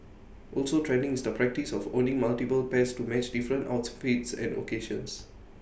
also trending is the practice of owning multiple pairs to match different outfits and occasions